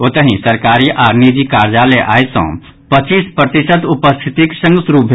ओतहि सरकारी आओर निजी कार्यालय आई सँ पच्चीस प्रतिशत उपस्थितिक संग शुरू भेल